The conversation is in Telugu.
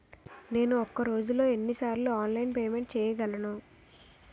నేను ఒక రోజులో ఎన్ని సార్లు ఆన్లైన్ పేమెంట్ చేయగలను?